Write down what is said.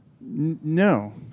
No